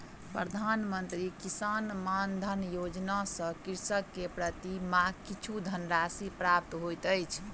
प्रधान मंत्री किसान मानधन योजना सॅ कृषक के प्रति माह किछु धनराशि प्राप्त होइत अछि